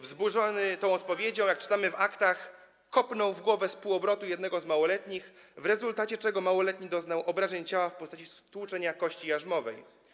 Wzburzony tą odpowiedzią, jak czytamy w aktach, kopnął w głowę z półobrotu jednego z małoletnich, w rezultacie czego małoletni doznał obrażeń ciała w postaci stłuczenia kości jarzmowej.